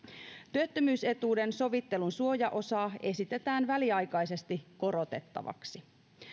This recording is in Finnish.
työttömyysetuuden sovittelun suojaosaa esitetään väliaikaisesti korotettavaksi